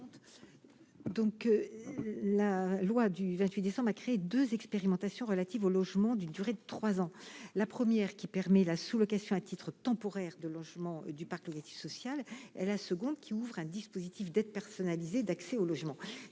au sein de la famille a créé deux expérimentations relatives au logement d'une durée de trois ans. La première permet la sous-location à titre temporaire de logements du parc locatif social. La seconde ouvre un dispositif d'aide personnalisée d'accès au logement.